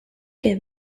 che